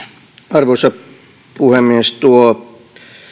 arvoisa puhemies tuossa